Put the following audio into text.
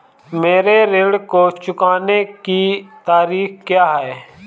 मेरे ऋण को चुकाने की तारीख़ क्या है?